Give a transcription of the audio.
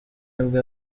nibwo